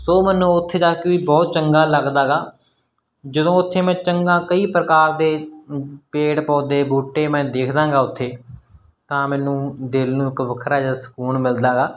ਸੋ ਮੈਨੂੰ ਉੱਥੇ ਜਾ ਕੇ ਵੀ ਬਹੁਤ ਚੰਗਾ ਲੱਗਦਾ ਗਾ ਜਦੋਂ ਉੱਥੇ ਮੈਂ ਚੰਗਾ ਕਈ ਪ੍ਰਕਾਰ ਦੇ ਪੇੜ ਪੌਦੇ ਬੂਟੇ ਮੈਂ ਦੇਖਦਾ ਗਾ ਉੱਥੇ ਤਾਂ ਮੈਨੂੰ ਦਿਲ ਨੂੰ ਇੱਕ ਵੱਖਰਾ ਜਿਹਾ ਸਕੂਨ ਮਿਲਦਾ ਗਾ